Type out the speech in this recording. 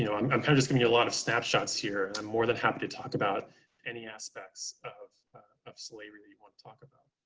you know i'm i'm kind of just giving you a lot of snapshots here. i'm more than happy to talk about any aspects of of slavery you want to talk about.